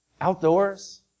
outdoors